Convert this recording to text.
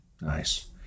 nice